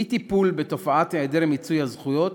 אי-טיפול בתופעת היעדר מיצוי הזכויות